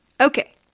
okay